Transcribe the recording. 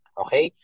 okay